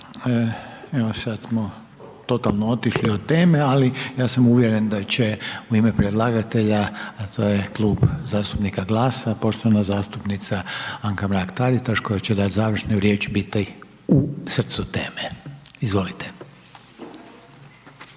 Evo sad smo totalno otišli od teme, ali ja sam uvjeren da će u ime predlagatelja, a to je Klub zastupnika GLAS-a, poštovana zastupnica Anka Mrak Taritaš koja će dat završnu riječ, biti u srcu teme, izvolite.